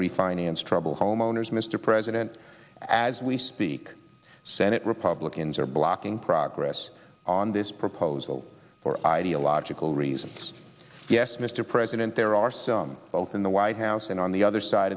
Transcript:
refinance trouble homeowners mr president as we speak senate republicans are blocking progress on this proposal for ideological reasons yes mr president there are some folks in the white house and on the other side